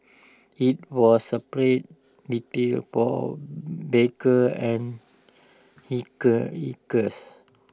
IT was separate detail for bikers and hikers hikers